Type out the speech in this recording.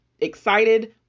excited